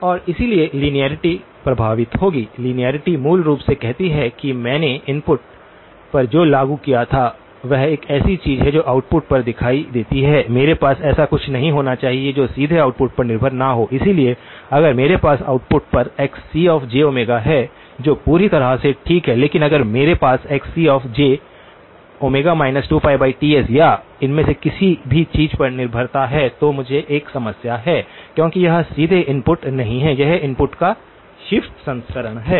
और इसलिए लिनारिटी प्रभावित होगी लिनारिटी मूल रूप से कहती है कि मैंने इनपुट पर जो लागू किया था वह एक ऐसी चीज है जो आउटपुट पर दिखाई देती है मेरे पास ऐसा कुछ नहीं होना चाहिए जो सीधे इनपुट पर निर्भर न हो इसलिए अगर मेरे पास आउटपुट पर Xcj है जो पूरी तरह से ठीक है लेकिन अगर मेरे पास Xcj 2πTs या इनमें से किसी भी चीज पर निर्भरता है तो मुझे एक समस्या है क्योंकि यह सीधे इनपुट नहीं है यह इनपुट का शिफ्ट संस्करण है